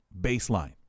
baseline